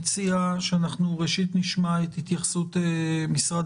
אני מציע שראשית נשמע את התייחסות משרד